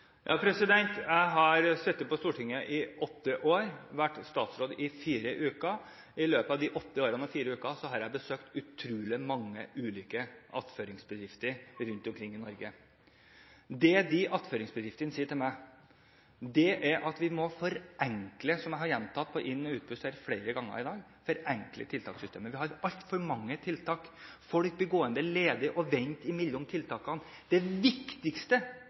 Jeg har sittet på Stortinget i åtte år og vært statsråd i fire uker. I løpet av de åtte årene og fire ukene har jeg besøkt utrolig mange ulike attføringsbedrifter rundt omkring i Norge. Det de attføringsbedriftene sier til meg, er at vi må – som jeg har gjentatt på inn- og utpust her flere ganger i dag – forenkle tiltakssystemet. Vi har altfor mange tiltak – folk blir gående ledig og vente mellom tiltakene.